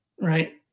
right